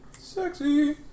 Sexy